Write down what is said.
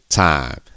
time